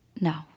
No